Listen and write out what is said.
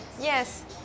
Yes